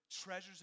treasures